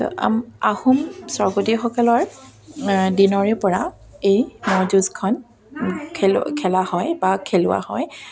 ত' আহোম স্বৰ্গদেউসকলৰ দিনৰে পৰা এই ম'হ যুঁজখন খেল খেলা হয় বা খেলোৱা হয়